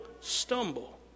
stumble